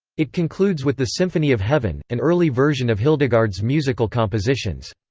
it concludes with the symphony of heaven, an early version of hildegard's musical compositions.